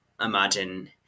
imagine